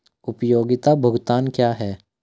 उपयोगिता भुगतान क्या हैं?